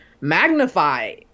magnify